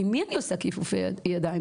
עם מי אני עושה כיפופי ידיים?